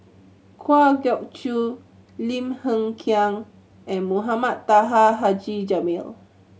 Kwa Geok Choo Lim Hng Kiang and Mohamed Taha Haji Jamil